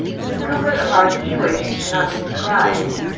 the discomfort of our situation cannot be described.